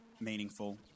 meaningful